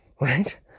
right